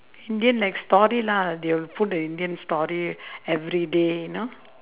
indian like story lah they will put a indian story every day you know